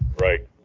Right